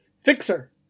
fixer